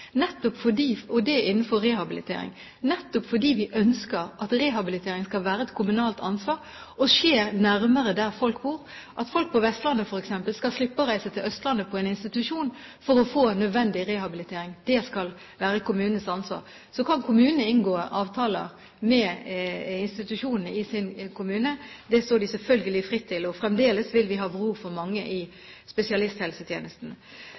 nærmere der folk bor – at folk på Vestlandet, f.eks., skal slippe å reise til Østlandet på en institusjon for å få nødvendig rehabilitering. Det skal være kommunenes ansvar. Så kan kommunene inngå avtaler med institusjonene i sin kommune. Det står de selvfølgelig fritt til, og fremdeles vil vi ha behov for mange